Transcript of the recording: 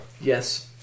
Yes